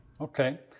Okay